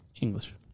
English